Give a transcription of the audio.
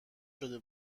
شده